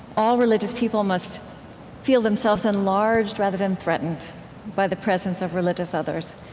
all religious people must feel themselves enlarged rather than threatened by the presence of religious others.